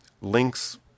links